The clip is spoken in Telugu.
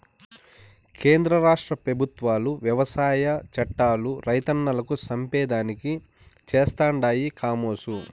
కేంద్ర రాష్ట్ర పెబుత్వాలు వ్యవసాయ చట్టాలు రైతన్నలను చంపేదానికి చేస్తండాయి కామోసు